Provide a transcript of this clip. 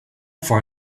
for